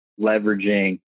Leveraging